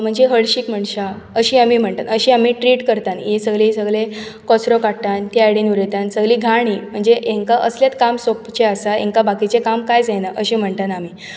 म्हणजे हळशीक मणशां अशी आमी म्हणटात अशी आमी ट्रीट करतान ही सगळीं सगळें कचरो काडटान त्या सायडीन उडयतान ही सगळीं घाण ही म्हणजे हेंका असलेच काम सोबचे आसा हेंका बाकीचे काम कायच येना अशे म्हणटात आमी